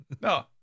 No